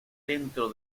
dentro